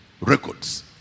records